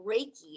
Reiki